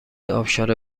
آبشار